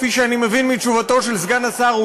כפי שאני מבין מתשובתו של סגן השר,